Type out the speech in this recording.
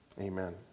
Amen